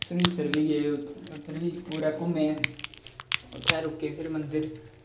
सरईंसर बी गे उद्धर बी पूरा घूमे उत्थें रुके फिर मंदिर